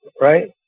right